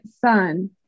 son